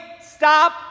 stop